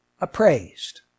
appraised